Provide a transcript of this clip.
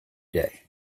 day